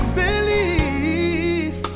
believe